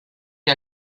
que